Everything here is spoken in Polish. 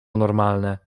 normalne